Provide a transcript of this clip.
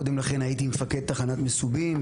קודם לכן הייתי מפקד תחנת מסובים,